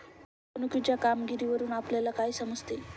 गुंतवणुकीच्या कामगिरीवरून आपल्याला काय समजते?